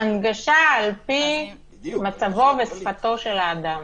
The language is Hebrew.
הנגשה על פי מצבו ושפתו של האדם.